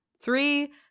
Three